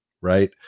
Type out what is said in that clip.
right